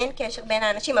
אין קשר בין האנשים.